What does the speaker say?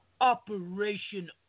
Operation